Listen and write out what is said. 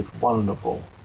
wonderful